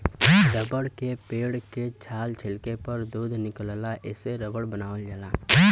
rubber के पेड़ के छाल छीलले पर दूध निकलला एसे रबर बनावल जाला